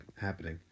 happening